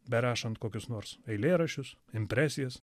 berašant kokius nors eilėraščius impresijas